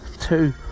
two